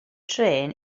trên